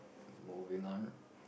moving on